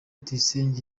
tuyisenge